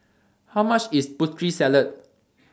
How much IS Putri Salad